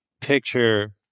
picture